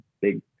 big